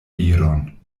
viron